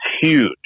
huge